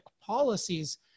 policies